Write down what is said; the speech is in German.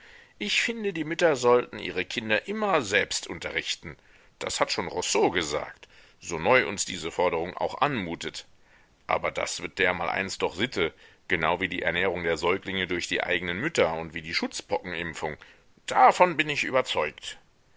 ich finde die mütter sollten ihre kinder immer selbst unterrichten das hat schon rousseau gesagt so neu uns diese forderung auch anmutet aber das wird dermaleinst doch sitte genau wie die ernährung der säuglinge durch die eigenen mütter und wie die schutzpockenimpfung davon bin ich überzeugt